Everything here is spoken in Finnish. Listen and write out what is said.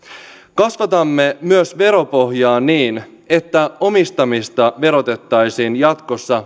kasvatamme myös veropohjaa niin että omistamista verotettaisiin jatkossa